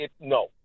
no